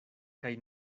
kaj